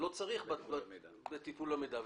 וטיפול במידע.